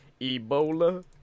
Ebola